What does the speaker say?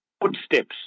footsteps